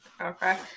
okay